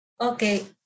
Okay